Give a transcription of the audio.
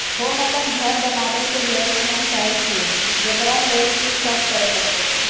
होम अपन घर बनाबै के लेल ऋण चाहे छिये, जेकरा लेल कि सब करें परतै?